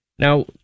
Now